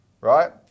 Right